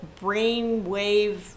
brainwave